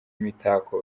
imitako